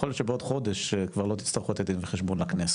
יכול להיות שבעוד חודש כבר לא תצטרכו לתת דין וחשבון לכנסת,